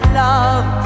love